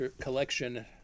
Collection